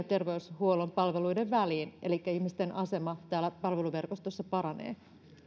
terveyshuollon palveluiden väliin elikkä ihmisten asema täällä palveluverkostossa paranee